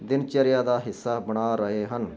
ਦਿਨਚਰਿਆ ਦਾ ਹਿੱਸਾ ਬਣਾ ਰਹੇ ਹਨ